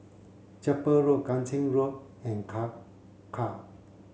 Chapel Road Kang Ching Road and Kangkar